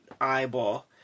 eyeball